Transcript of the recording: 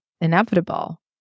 inevitable